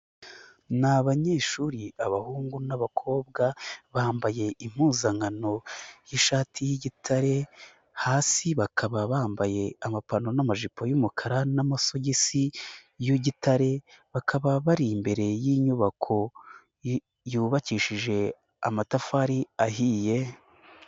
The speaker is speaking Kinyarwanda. Ni abanyeshuri, abahungu n'abakobwa, bambaye impuzankano y'ishati y'igitare, hasi bakaba bambaye amapantaro n'amajipo y'umukara, n'amasogisi y'igitare, bakaba bari imbere y'inyubako yubakishije amatafari ahiye.